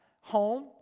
home